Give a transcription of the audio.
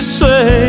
say